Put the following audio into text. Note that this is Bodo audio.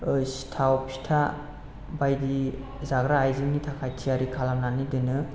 सिथाव फिथा बायदि जाग्रा आइजेंनि थाखाय थियारि खालामनानै दोनो